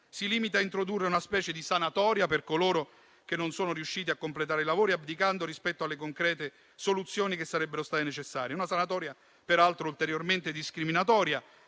si limita a introdurre una specie di sanatoria per coloro che non sono riusciti a completare i lavori, abdicando rispetto alle concrete soluzioni che sarebbero state necessarie; una sanatoria peraltro ulteriormente discriminatoria